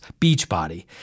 Beachbody